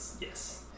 yes